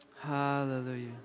Hallelujah